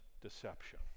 deception